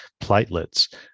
platelets